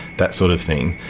that sort of thing,